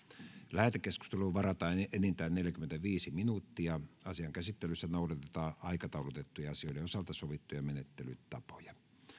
lähetekeskusteluun varataan enintään neljäkymmentäviisi minuuttia asian käsittelyssä noudatetaan aikataulutettujen asioiden osalta sovittuja menettelytapoja